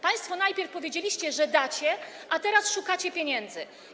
Państwo najpierw powiedzieliście, że dacie, a teraz szukacie pieniędzy.